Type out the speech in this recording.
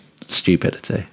stupidity